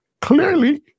Clearly